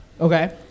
Okay